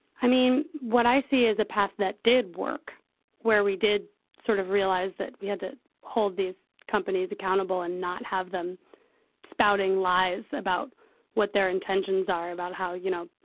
i mean, what i see is a path that did work where we did sort of realize that we had to hold these companies accountable and not have them spouting lies about what their intentions are, about how, you know,